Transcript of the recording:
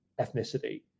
ethnicity